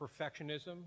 perfectionism